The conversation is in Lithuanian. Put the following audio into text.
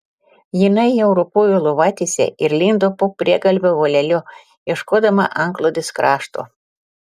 jinai jau ropojo lovatiese ir lindo po priegalvio voleliu ieškodama antklodės krašto